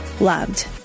loved